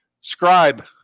scribe